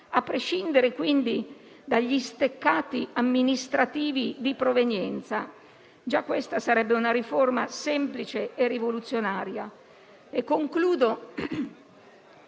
a prescindere quindi dagli steccati amministrativi di provenienza: già questa sarebbe una riforma semplice e rivoluzionaria. Innovare